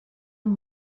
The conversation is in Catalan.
amb